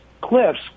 cliffs